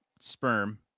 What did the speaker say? sperm